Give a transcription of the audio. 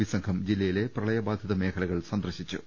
B സംഘം ജില്ലയിലെ പ്രളയബാധിത പ്രദേശങ്ങൾ സന്ദർശിച്ചു